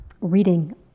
reading